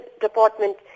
department